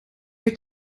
her